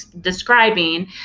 describing